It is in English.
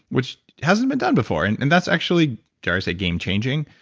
which hasn't been done before. and and that's actually. dare i say game changing?